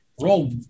Roll